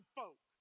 folk